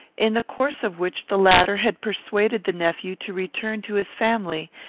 in the course of which the latter had persuaded the nephew to return to his family,